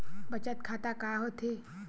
बचत खाता का होथे?